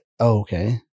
Okay